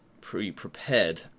pre-prepared